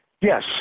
Yes